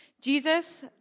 Jesus